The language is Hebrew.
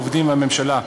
העובדים והממשלה.